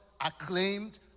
Acclaimed